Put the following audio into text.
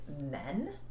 men